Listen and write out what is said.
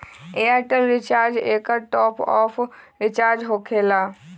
Airtel recharge एकर top off recharge होकेला?